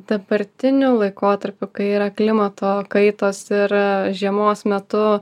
dabartiniu laikotarpiu kai yra klimato kaitos ir žiemos metu